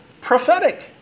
prophetic